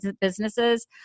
businesses